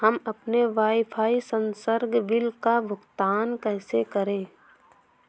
हम अपने वाईफाई संसर्ग बिल का भुगतान कैसे करें?